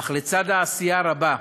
אך לצד העשייה הרבה,